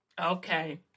Okay